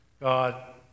God